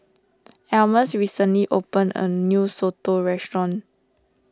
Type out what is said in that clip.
Almus recently open a new Soto restaurant